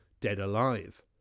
dead-alive